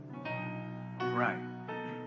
Right